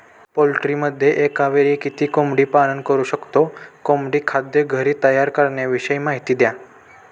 पोल्ट्रीमध्ये एकावेळी किती कोंबडी पालन करु शकतो? कोंबडी खाद्य घरी तयार करण्याविषयी माहिती द्या